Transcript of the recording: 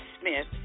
Smith